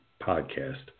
podcast